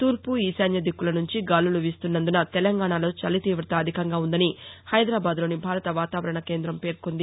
తూర్పు ఈశాన్య దిక్కుల నుంచి గాలులు వీస్తున్నందున తెలంగాణలో చలి తీవత అధికంగా ఉందని హైదరాబాద్ లోని భారత వాతావరణ కేందం పేర్పొంది